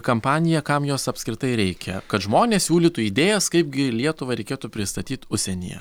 kampanij kam jos apskritai reikia kad žmonės siūlytų idėjas kaip gi lietuvą reikėtų pristatyt užsienyje